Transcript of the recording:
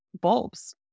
bulbs